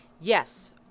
Yes